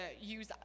use